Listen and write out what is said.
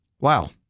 wow